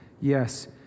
Yes